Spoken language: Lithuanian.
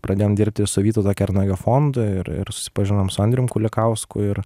pradėjom dirbti su vytauto kernagio fondu ir ir susipažinom su andrium kulikausku ir